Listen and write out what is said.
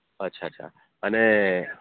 અચ્છા અચ્છા અને